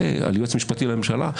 על ייעוץ משפטי לממשלה.